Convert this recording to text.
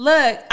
Look